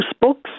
books